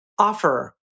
Offer